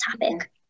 topic